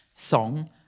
song